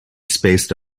spaced